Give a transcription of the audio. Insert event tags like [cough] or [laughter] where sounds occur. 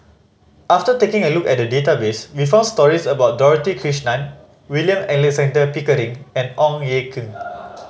after taking a look at the database we found stories about Dorothy Krishnan William Alexander Pickering and Ong Ye Kung [noise]